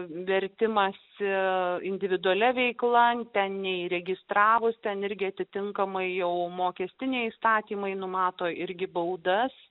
vertimąsi individualia veikla ten neįregistravus ten irgi atitinkamai jau mokestiniai įstatymai numato irgi baudas